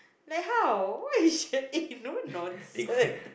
like how why you should eh no nonsense